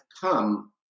come